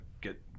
get